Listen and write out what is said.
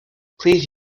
please